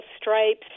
stripes